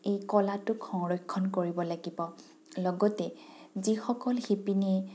এই কলাটোক সংৰক্ষণ কৰিব লাগিব লগতে যিসকল শিপিনীয়ে